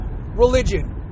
religion